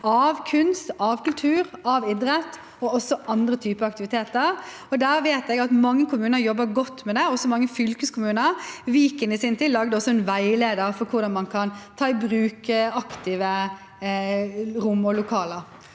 kunst, kultur, idrett og også andre aktiviteter. Der vet jeg at mange kommuner jobber godt med det, også mange fylkeskommuner. Viken lagde i sin tid også en veileder for hvordan man aktivt kan ta i bruk rom og lokaler.